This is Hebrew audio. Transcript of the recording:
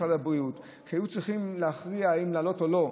ומשרד הבריאות היו צריכים להכריע אם להעלות או לא,